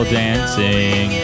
dancing